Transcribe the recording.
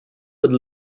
would